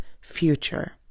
future